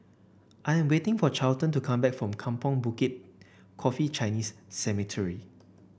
I am waiting for Charlton to come back from Kampong Bukit Coffee Chinese Cemetery